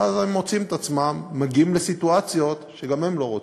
ואז היא מוצאת את עצמה מגיעה לסיטואציות שגם היא לא רוצה,